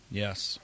yes